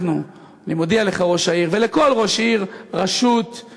אני מודיע לך, ראש העיר, ולכל ראש עיר, רשות,